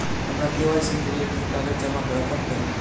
हमरा के.वाई.सी केँ लेल केँ कागज जमा करऽ पड़त?